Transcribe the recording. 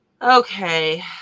Okay